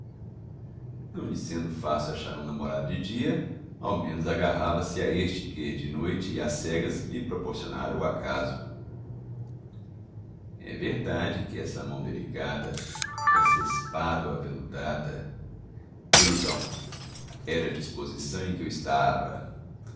lhe sendo fácil achar um namorado de dia ao menos agarrava-se a este que de noite e às cegas lhe proporcionara o acaso é verdade que essa mão delicada essa espádua aveludada ilusão era a disposição em que eu estava